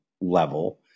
level